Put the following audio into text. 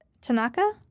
Tanaka